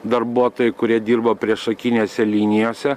darbuotojai kurie dirba priešakinėse linijose